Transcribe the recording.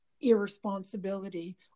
irresponsibility